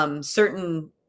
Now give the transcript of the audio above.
certain